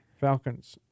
Falcons